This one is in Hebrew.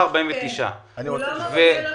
הוא לא מופיע אצלכם,